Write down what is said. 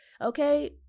Okay